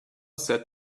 said